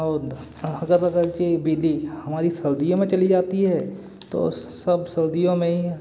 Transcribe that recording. और हमारी सर्दियों में चली जाती है तो सब सर्दियों में ही